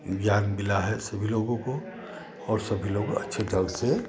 ज्ञान मिला है सभी लोगों को और सभी लोग अच्छी तरह से